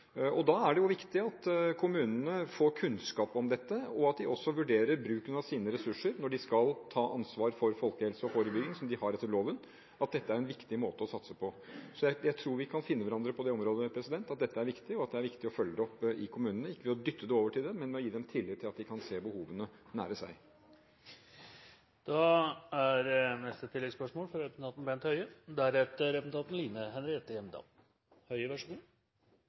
Da er det viktig at kommunene får kunnskap om dette, og at de også vurderer bruken av sine ressurser når de skal ta ansvar for folkehelse og forebygging, som de har etter loven – at dette er en viktig måte å satse på. Så jeg tror vi kan finne hverandre på det området. Dette er viktig, og det er viktig å følge det opp i kommunene – ikke ved å dytte det over til dem, men ved å gi dem tillit til at de kan se behovene nær seg. Bent Høie – til oppfølgingsspørsmål. Den beskrivelsen av psykiatrien som helseministeren gir, er